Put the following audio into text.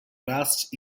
last